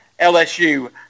LSU